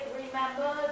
remember